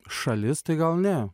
šalis tai gal ne